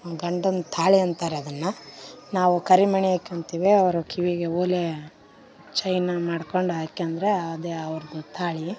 ಗಂಡನ ತಾಳಿ ಅಂತಾರೆ ಅದನ್ನು ನಾವು ಕರಿಮಣಿ ಹಾಕೋತೀವಿ ಅವರ ಕಿವಿಗೆ ಓಲೆ ಚೈನಾ ಮಾಡ್ಕೋಂಡು ಹಾಕ್ಕೊಂಡ್ರೆ ಅದೆ ಅವ್ರದು ತಾಳಿ